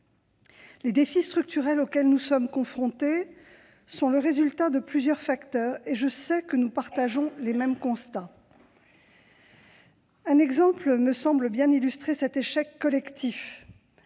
Les défis structurels auxquels nous sommes confrontés sont le résultat de plusieurs facteurs, et je sais que nous partageons les mêmes constats. Un exemple me semble bien illustrer cet échec collectif